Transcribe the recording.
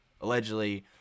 allegedly